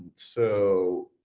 so,